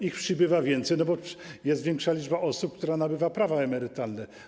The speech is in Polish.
Ich przybywa więcej, bo jest większa liczba osób, która nabywa prawa emerytalne.